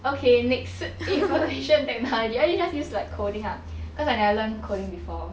okay next information technology you just use like coding ah cause I never learn coding before